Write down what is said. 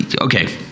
Okay